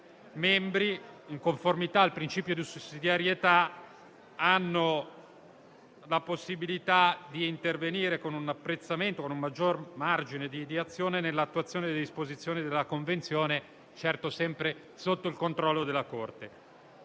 membri, in conformità al principio di sussidiarietà, hanno la possibilità di intervenire con un apprezzamento e un maggior margine di azione nell'attuazione delle disposizioni della Convenzione, sempre sotto il controllo della Corte.